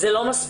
זה לא מספיק.